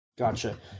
Gotcha